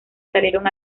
salieron